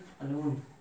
alone